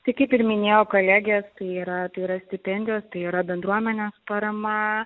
tai kaip ir minėjo kolegės tai yra tai yra stipendijos tai yra bendruomenės parama